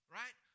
right